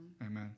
Amen